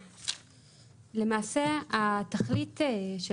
למעשה התכלית של